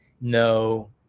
No